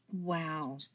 Wow